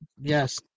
Yes